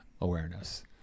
awareness